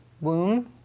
womb